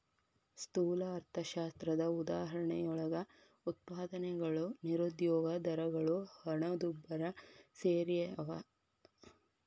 ಸ್ಥೂಲ ಅರ್ಥಶಾಸ್ತ್ರದ ಉದಾಹರಣೆಯೊಳಗ ಉತ್ಪಾದನೆಗಳು ನಿರುದ್ಯೋಗ ದರಗಳು ಹಣದುಬ್ಬರ ಸೆರ್ಯಾವ